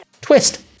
twist